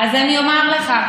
אז אני אומר לך.